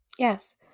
yes